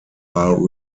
are